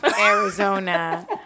Arizona